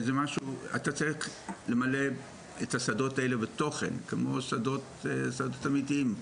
אתה צריך למלא את השדות האלה בתוכן כמו שדות אמיתיים.